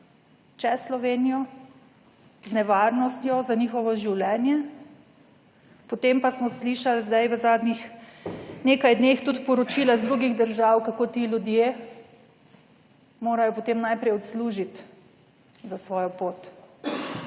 čez Slovenijo z nevarnostjo za njihovo življenje, potem pa smo slišali zdaj v zadnjih nekaj dneh tudi poročila iz drugih držav, kako ti ljudje morajo potem najprej odslužiti **53.